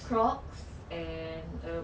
crocs and um